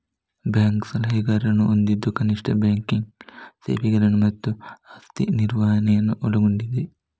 bank ಸಲಹೆಗಾರರನ್ನು ಹೊಂದಿದ್ದು ಕನಿಷ್ಠ ಬ್ಯಾಂಕಿಂಗ್ ಸೇವೆಗಳನ್ನು ಮತ್ತು ಆಸ್ತಿ ನಿರ್ವಹಣೆಯನ್ನು ಒಳಗೊಂಡಿದೆ